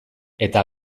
eta